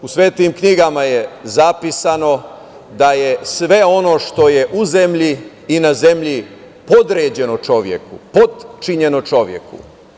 U svetim knjigama je zapisano da je sve ono što je u zemlji i na zemlji podređeno čoveku, potčinjeno čoveku.